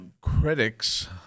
critics